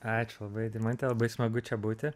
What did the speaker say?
ačiū labai deimante labai smagu čia būti